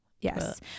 yes